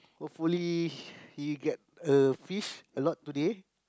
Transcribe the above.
hopefully he get a fish a lot today